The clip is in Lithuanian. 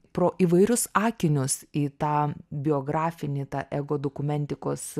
pro įvairius akinius į tą biografinį tą ego dokumentikos